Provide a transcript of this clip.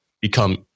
become